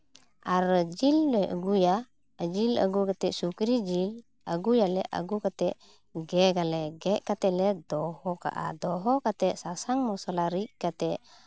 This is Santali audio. ᱟᱨ ᱡᱤᱞ ᱞᱮ ᱟᱹᱜᱩᱭᱟ ᱡᱤᱞ ᱟᱹᱜᱩ ᱠᱟᱛᱮᱫ ᱥᱩᱠᱨᱤ ᱡᱤᱞ ᱟᱹᱜᱩᱭᱟᱞᱮ ᱟᱹᱜᱩ ᱠᱟᱛᱮᱫ ᱜᱮᱫ ᱟᱞᱮ ᱜᱮᱫ ᱠᱟᱛᱮᱫ ᱞᱮ ᱫᱚᱦᱚ ᱠᱟᱜᱼᱟ ᱫᱚᱦᱚ ᱠᱟᱛᱮᱫ ᱥᱟᱥᱟᱝ ᱢᱚᱥᱞᱟ ᱨᱤᱫ ᱠᱟᱛᱮᱫ